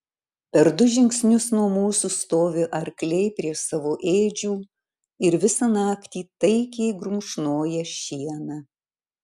per du žingsnius nuo mūsų stovi arkliai prie savo ėdžių ir visą naktį taikiai grumšnoja šieną